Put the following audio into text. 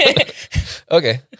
Okay